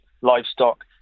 livestock